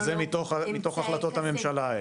שזה מתוך החלטות הממשלה האלה.